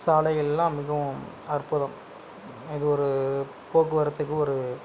சாலைகளெலாம் மிகவும் அற்புதம் இது ஒரு போக்குவரத்துக்கு ஒரு